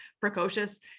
precocious